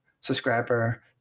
subscriber